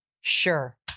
sure